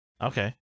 Okay